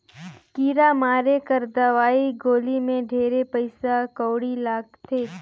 कीरा मारे कर दवई गोली मे ढेरे पइसा कउड़ी लगथे